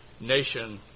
nation